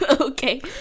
Okay